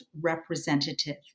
representative